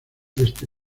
este